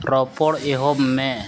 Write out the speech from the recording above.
ᱨᱚᱯᱚᱲ ᱮᱦᱚᱵ ᱢᱮ